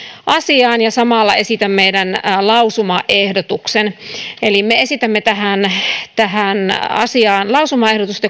asiaan ja samalla esitän meidän lausumaehdotuksemme eli me esitämme tähän tähän asiaan lausumaehdotusta